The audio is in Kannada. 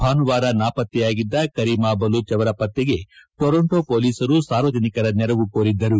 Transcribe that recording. ಭಾನುವಾರ ನಾಪತ್ತೆಯಾಗಿದ್ದ ಕರೀಮಾ ಬಲೂಚ್ ಅವರ ಪತ್ತೆಗೆ ಟೊರಂಟೋ ಪೊಲೀಸರು ಸಾರ್ವಜನಿಕರ ನೆರವು ಕೋರಿದ್ದರು